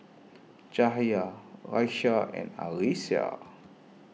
Cahaya Raisya and Arissa